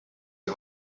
die